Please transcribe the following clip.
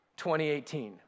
2018